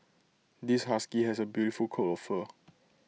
this husky has A beautiful coat of fur